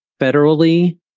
federally